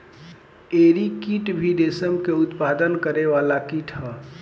एरी कीट भी रेशम के उत्पादन करे वाला कीट ह